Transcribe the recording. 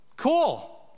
cool